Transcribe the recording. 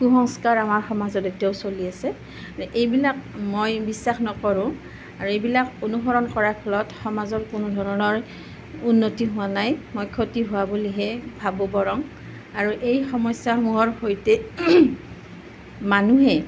কুসংস্কাৰ আমাৰ সমাজত এতিয়াও চলি আছে এইবিলাক মই বিশ্বাস নকৰোঁ আৰু এইবিলাক অনুসৰণ কৰাৰ ফলত সমাজত কোনো ধৰণৰ উন্নতি হোৱা নাই মই ক্ষতি হোৱা বুলিহে ভাবোঁ বৰং আৰু এই সমস্যাসমূ্হৰ সৈতে মানুহে